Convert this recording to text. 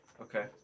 Okay